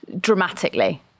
dramatically